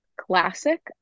classic